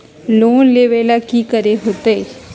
Loan लेवेला की करेके होतई?